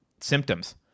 symptoms